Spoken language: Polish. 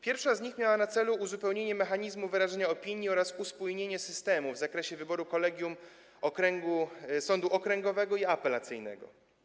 Pierwsza z nich miała na celu uzupełnienie mechanizmu wyrażania opinii oraz uspójnienie systemu w zakresie wyboru kolegium sądu okręgowego i apelacyjnego.